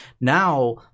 Now